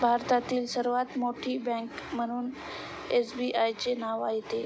भारतातील सर्वात मोठी बँक म्हणून एसबीआयचे नाव येते